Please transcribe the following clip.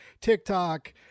TikTok